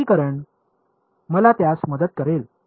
तर एक एकीकरण मला त्यास मदत करेल